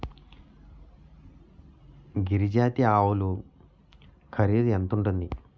గిరి జాతి ఆవులు ఖరీదు ఎంత ఉంటుంది?